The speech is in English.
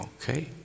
Okay